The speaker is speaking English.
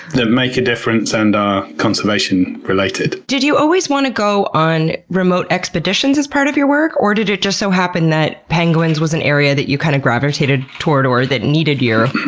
that make a difference and are conservation related. did you always want to go on remote expeditions as part of your work or did it just so happen that penguins was an area that you kind of gravitated toward or that needed